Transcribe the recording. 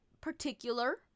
particular